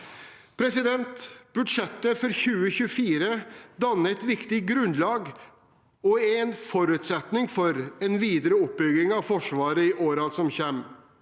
styrker. Budsjettet for 2024 danner et viktig grunnlag og er en forutsetning for en videre oppbygging av Forsvaret i årene som kommer.